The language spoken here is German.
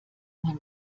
man